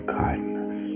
kindness